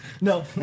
No